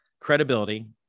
credibility